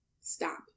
stop